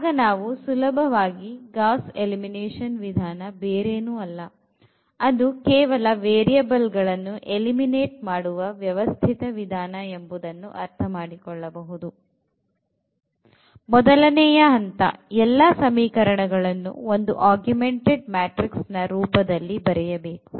ಆಗ ನಾವು ಸುಲಭವಾಗಿ ಗಾಸ್ ಎಲಿಮಿನೇಷನ್ ವಿಧಾನ ಬೇರೇನೂ ಅಲ್ಲ ಅದು ಕೇವಲ ವೇರಿಯಬಲ್ ಗಳನ್ನು ಎಲಿಮಿನೇಟ್ ಮಾಡುವ ವ್ಯವಸ್ಥಿತ ವಿಧಾನ ಎಂಬುದನ್ನು ಅರ್ಥಮಾಡಿಕೊಳ್ಳಬಹುದು ಮೊದಲನೆಯ ಹಂತ ಎಲ್ಲಾ ಸಮೀಕರಣಗಳನ್ನು ಒಂದು augmented ಮ್ಯಾಟ್ರಿಕ್ಸ್ ನ ರೂಪದಲ್ಲಿ ಬರೆಯಬೇಕು